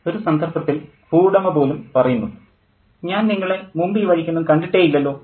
ഒരു സന്ദർഭത്തിൽ ഭൂവുടമ പോലും പറയുന്നു ഞാൻ നിങ്ങളെ മുമ്പ് ഈ വഴിക്കൊന്നും കണ്ടിട്ടേ ഇല്ലല്ലോ